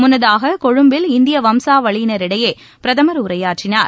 முன்னதாக கொழும்பில் இந்திய வம்சாவளியினரிடையே பிரதமர் உரையாற்றினார்